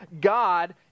God